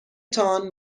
تان